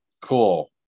Cool